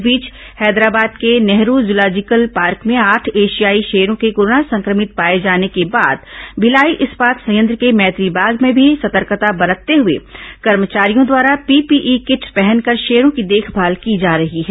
इस बीच हैदराबाद के नेहरू जुलाजिकल पार्क में आठ एशियाई शेरों के कोरोना संक्रमित पाए जाने के बाद भिलाई इस्पात संयंत्र के भैत्री बाग में भी सतर्कता बररते हुए कर्मचारियों द्वारा पीपीई किट पहनकर शेरों की देखभाल की जा रही है